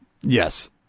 yes